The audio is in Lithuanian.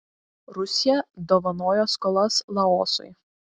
rusija dovanojo skolas laosui